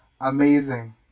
amazing